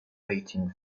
rating